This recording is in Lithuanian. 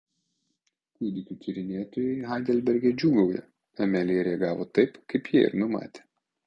kūdikių tyrinėtojai heidelberge džiūgauja amelija reagavo taip kaip jie ir numatė